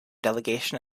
delegation